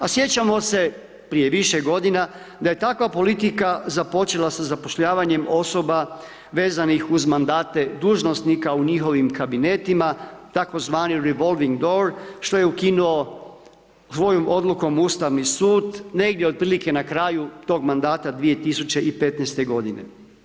A sjećamo se prije više godina da je takva politika započela sa zapošljavanjem osoba vezanih uz mandate dužnosnika u njihovim kabinetima tzv. revolving dor, što je ukinuo svojom odlukom Ustavni sud negdje otprilike na kraju tog mandata 2015.-te godine.